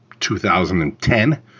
2010